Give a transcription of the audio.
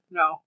no